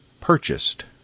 purchased